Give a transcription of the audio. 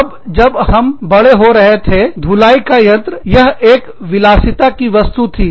अब जब हम बड़े हो रहे थे धुलाई का यंत्र यह एक विलासिता की वस्तु थी